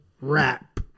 rap